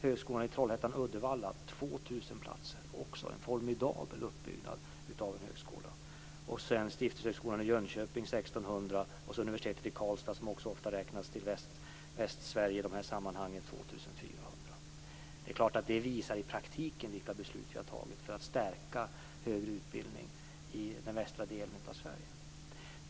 Högskolan i Trollhättan Uddevalla: 2 000 platser, alltså en formidabel utbyggnad av en högskola. Stiftelsehögskolan i Jönköping: 1 600 platser. Universitetet i Karlstad, som också räknas till Västsverige i dessa sammanhang: 2 400 platser. Det visar i praktiken vilka beslut som vi har fattat för att stärka högre utbildning i den västra delen av Sverige.